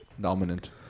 Dominant